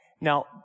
Now